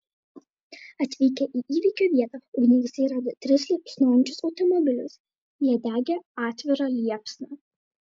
atvykę į įvykio vietą ugniagesiai rado tris liepsnojančius automobilius jie degė atvira liepsna